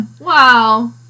wow